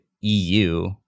EU